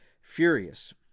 furious